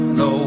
no